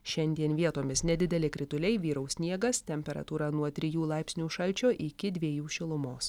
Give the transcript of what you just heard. šiandien vietomis nedideli krituliai vyraus sniegas temperatūra nuo trijų laipsnių šalčio iki dviejų šilumos